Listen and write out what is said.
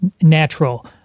natural